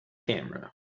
camera